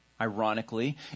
ironically